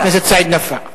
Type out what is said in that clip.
חבר הכנסת סעיד נפאע.